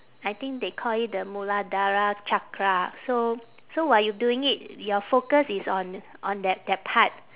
I think they call it the muladhara chakra so so while you doing it your focus is on on that that part